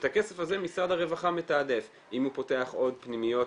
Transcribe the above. את הכסף הזה משרד הרווחה מתעדף אם הוא פותח עוד פנימיות